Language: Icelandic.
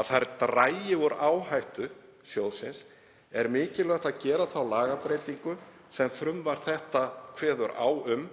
að þær dragi úr áhættu sjóðs, er mikilvægt að gera þá lagabreytingu sem frumvarp þetta kveður á um